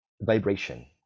vibration